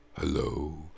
Hello